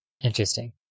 interesting